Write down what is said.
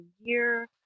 year